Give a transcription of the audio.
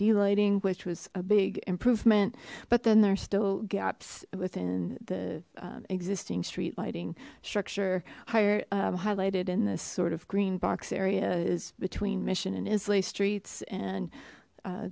lighting which was a big improvement but then there's still gaps within the existing street lighting structure higher highlighted in this sort of green box area is between mission and islay streets and